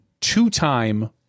Two-time